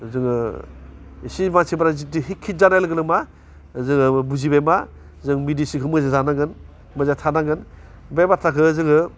जोङो एसे मानसिफ्रा जिथु हिखिथ जानाय लोगो लोगोनो मा जोङो बुजिबाय मा जों मिदिसिनखौ मोजां जानांगोन मोजां थांगोन बे बाथ्राखौ जोङो